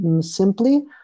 simply